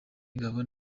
ingabo